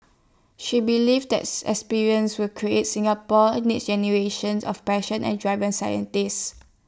she believed as experiences will create Singapore's next generation of passionate driven scientists